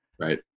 right